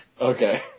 Okay